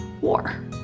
war